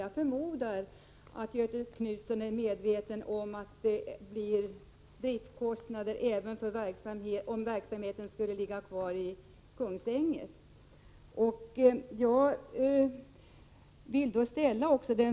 Jag förmodar att Göthe Knutson är medveten om att verksamheten förorsakar driftskostnader även om den skulle ligga kvar i Kungsängen.